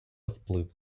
вплив